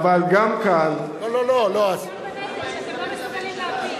למה הצטרפת לממשלה?